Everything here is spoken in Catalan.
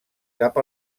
cap